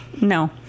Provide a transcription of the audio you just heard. No